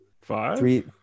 five